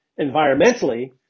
environmentally